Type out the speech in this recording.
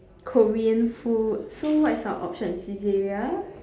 korean food so what is our option Saizeriya